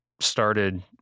started